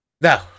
No